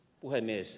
puhemies